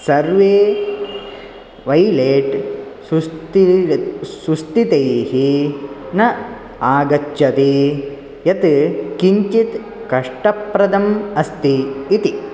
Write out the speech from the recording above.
सर्वे वैलेट् सुस् सुस्थितैः न आगच्छति यत् किञ्चित् कष्टप्रदम् अस्ति इति